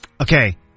Okay